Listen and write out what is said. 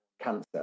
cancer